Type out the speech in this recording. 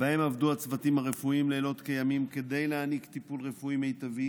שבהן עבדו הצוותים הרפואיים לילות כימים כדי להעניק טיפול רפואי מיטבי